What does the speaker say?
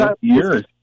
years